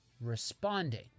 responding